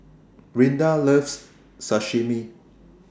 Rinda loves Sashimi